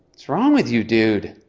what's wrong with you, dude!